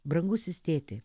brangusis tėti